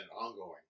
ongoing